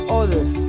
others